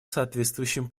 соответствующим